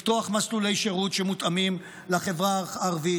לפתוח מסלולי שירות שמותאמים לחברה הערבית